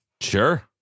Sure